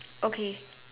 okay